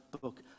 book